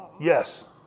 Yes